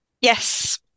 Yes